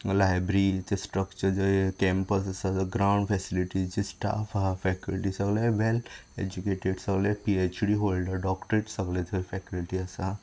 library तें structure जंय campus आसा तो ग्रांवड फेसेलिटी स्टाफ आहा फेकल्टी सगळे well educated P H D holder doctorate सगळे थंय फेकल्टी आसा